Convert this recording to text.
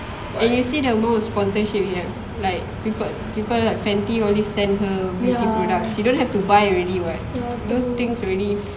and you see the amount of sponsorship she have like she got like Fenty all this send her beauty products she don't have to buy already [what] those things already free